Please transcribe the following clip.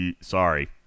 Sorry